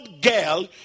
girl